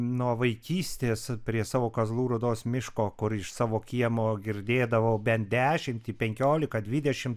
nuo vaikystės prie savo kazlų rūdos miško kur iš savo kiemo girdėdavau bent dešimtį penkiolika dvidešimt